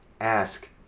ask